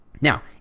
Now